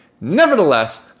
Nevertheless